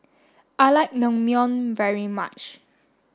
I like Naengmyeon very much